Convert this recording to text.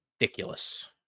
ridiculous